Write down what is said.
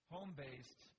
home-based